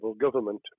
government